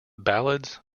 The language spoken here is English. ballads